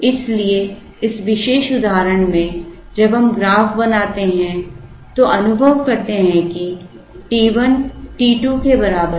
इसलिए इस विशेष उदाहरण में जब हम ग्राफ बनाते हैं तो अनुभव करते हैं कि t 1 t 2 के बराबर है